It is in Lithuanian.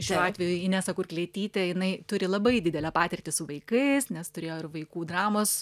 šiuo atveju inesa kurklietytė jinai turi labai didelę patirtį su vaikais nes turėjo ir vaikų dramos